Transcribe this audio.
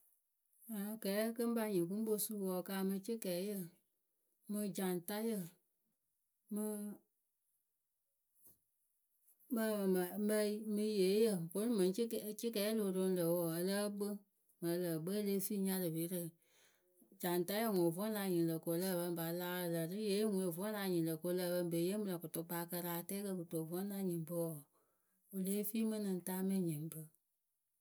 Kɛɛyǝ kɨ ŋ́ pa nyɩŋ kɨ ŋ́ po suu wǝǝ wɨ kaamɨ cɩkɛɛyǝ mɨ jaŋtayǝ mɨ mɨ mɨ yeeyǝ vǝ́ nɨŋ mɨŋ cɩkɛ-cɩkɛ lo roŋ lǝ̈ wǝǝ ǝ lǝ́ǝ kpɨ. Mɨŋ ǝ lǝǝ kpɨ e lée fii nyarɨpirǝ. Jaŋtayǝ ŋwɨ vǝ́ la nyɩŋ lǝ̈ lǝh pǝ ŋ pa laarɨ lǝ̈ rɨ yeeyǝ ŋwe vǝ́ la nyɩŋ lǝ̈ ko lǝh pǝ ŋ pe yee mɨ lǝ̈ kɨtʊkpaakǝ rɨ atɛɛkǝ kɨto vǝ́ na nyɩŋ pǝ wǝǝ, wǝ lée fii mɨ nɨŋ taa mɨ ŋ nyɩŋ pɨ.